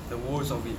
the woes of it